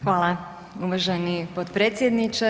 Hvala uvaženi potpredsjedniče.